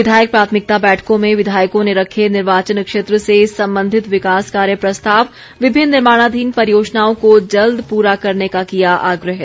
विधायक प्राथमिकता बैठकों में विधायकों ने रखे निर्वाचन क्षेत्र से संबंधित विकास कार्य प्रस्ताव विभिन्न निर्माणाधीन परियोजनाओं को जल्द पूरा करने का किया आग्रह